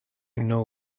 know